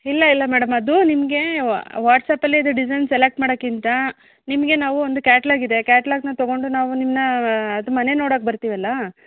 ಇಲ್ಲ ಇಲ್ಲ ಮೇಡಮ್ ಅದು ನಿಮಗೆ ವಾಟ್ಸಪ್ಪಲ್ಲಿ ಇದು ಡಿಸೈನ್ ಸೆಲೆಕ್ಟ್ ಮಾಡೋಕ್ಕಿಂತ ನಿಮಗೆ ನಾವು ಒಂದು ಕ್ಯಾಟ್ಲಾಗ್ ಇದೆ ಕ್ಯಾಟ್ಲಾಗ್ನ ತೊಗೊಂಡು ನಾವು ನಿಮ್ಮನ್ನ ಅದು ಮನೆ ನೋಡಕ್ಕೆ ಬರ್ತೀವಲ್ಲ